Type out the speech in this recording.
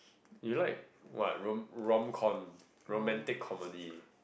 you like what rom~ romcom romantic comedy